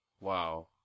Wow